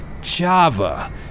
Java